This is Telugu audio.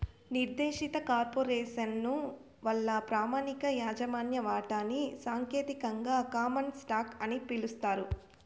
నిర్దేశిత కార్పొరేసను వల్ల ప్రామాణిక యాజమాన్య వాటాని సాంకేతికంగా కామన్ స్టాకు అని పిలుస్తారు